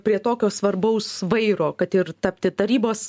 prie tokio svarbaus vairo kad ir tapti tarybos